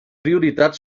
prioritat